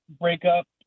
breakup